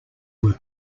were